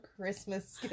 Christmas